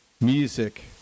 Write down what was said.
music